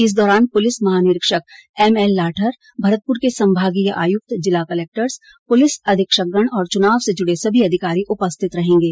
इस दौरान पुलिस महानिरीक्षक एमएल लाठर भरतपुर के संभागीय आयुक्त जिला कलक्टर्स पुलिस अधीक्षकगण और चुनाव से जुड़े सभी अधिकारी उपस्थित रहेंगे